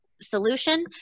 solution